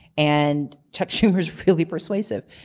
and chuck schumer's really persuasive.